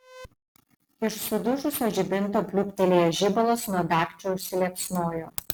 iš sudužusio žibinto pliūptelėjęs žibalas nuo dagčio užsiliepsnojo